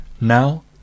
Now